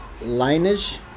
lineage